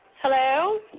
Hello